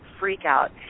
freakout